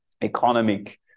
economic